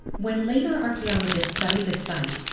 when later archaeologists studied the site,